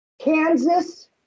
Kansas